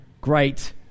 great